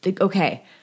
okay